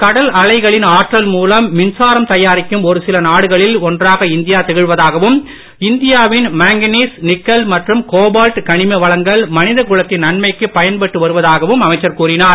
கடல் அலைகளின் ஆற்றல் மூலம் மின்சாரம் தயாரிக்கும் ஒருசில நாடுகளில் ஒன்றாக இந்தியா திகழ்வதாகவும் இந்தியாவின் மாங்கனீஸ் நிக்கல் மற்றும் கோபால்ட் கனிம வளங்கள் மனித குலத்தின் நன்மைக்கு பயன்பட்டு வருவதாகவும் அமைச்சர் கூறினார்